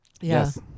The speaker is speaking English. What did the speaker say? Yes